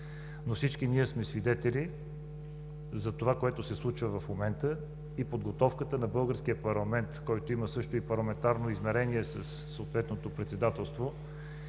Но всички ние сме свидетели за това, което се случва в момента и подготовката на българския парламент, който има също и парламентарно измерение със съответното председателство,